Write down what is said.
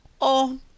Oh